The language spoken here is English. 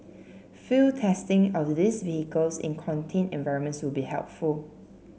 field testing of these vehicles in contained environments will be helpful